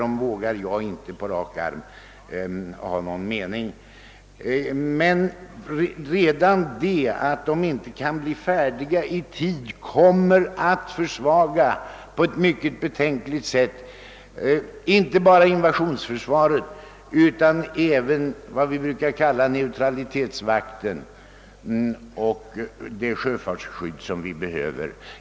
Därom vågar jag på rak arm inte ha någon mening, men redan detta att båtarna inte kan bli färdiga i tid kommer att på ett mycket betänkligt sätt försvaga inte bara invasionsförsvaret utan även vad vi brukar kalla neutralitetsvakten och det sjöfartsskydd som behövs.